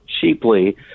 cheaply